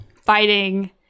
fighting